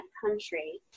country